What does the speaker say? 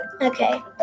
Okay